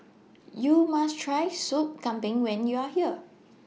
YOU must Try Soup Kambing when YOU Are here